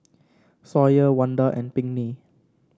Sawyer Wanda and Pinkney